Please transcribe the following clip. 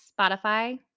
Spotify